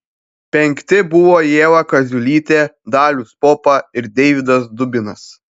penkti buvo ieva kaziulytė dalius popa ir deividas dubinas